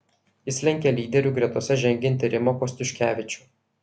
jis lenkia lyderių gretose žengiantį rimą kostiuškevičių